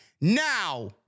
now